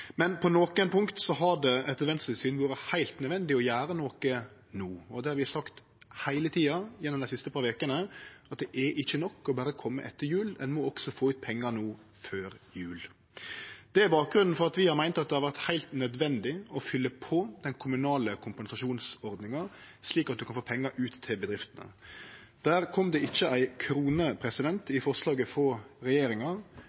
men på nokre punkt har det etter Venstre sitt syn vore heilt nødvendig å gjere noko no. Det har vi sagt heile tida gjennom dei siste par vekene: Det er ikkje nok berre å kome etter jul; ein må også få ut pengar no, før jul. Det er bakgrunnen for at vi har meint at det er heilt nødvendig å fylle på den kommunale kompensasjonsordninga, slik at ein får pengar ut til bedriftene. Det kom ikkje ei krone til det i forslaget frå regjeringa.